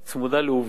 צמודה לעובדות.